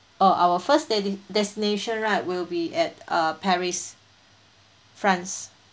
uh our first de~ destination right will be at uh paris france